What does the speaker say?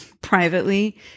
privately